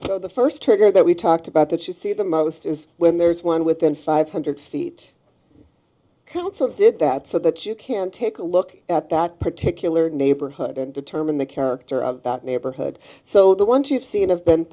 for the first trigger that we talked about that you see the most is when there's one within five hundred feet council did that so that you can take a look at that particular neighborhood and determine the character of that neighborhood so that once you've seen have been